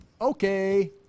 okay